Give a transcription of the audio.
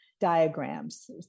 diagrams